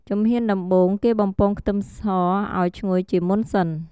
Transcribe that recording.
ជំហានដំបូង គេបំពងខ្ទឹមសឱ្យឈ្ងុយជាមុនសិន។